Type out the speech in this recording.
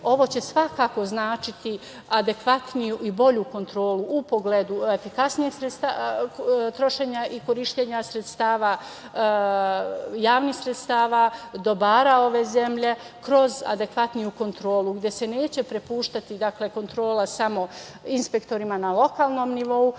Ovo će svakako značiti adekvatniju i bolju kontrolu u pogledu efikasnijeg trošenja i korišćenja javnih sredstava, dobara ove zemlje kroz adekvatniju kontrolu, gde se neće prepuštati kontrola samo inspektorima na lokalnom nivou,